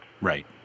Right